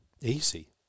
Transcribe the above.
Easy